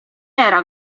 era